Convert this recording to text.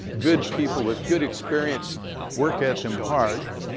good people with good experience work at them hard.